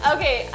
Okay